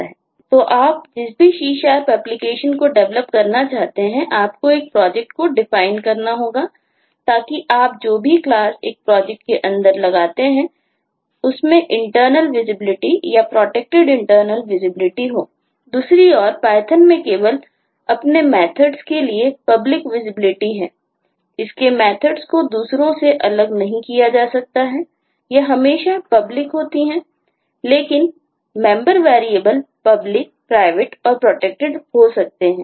तो आप जिस भी C एप्लीकेशन को डेवलप करना चाहते हैं आपको एक प्रोजेक्ट नहीं है